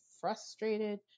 frustrated